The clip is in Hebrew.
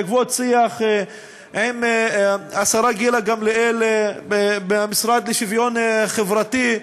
בעקבות שיח עם השרה גילה גמליאל במשרד לשוויון חברתי,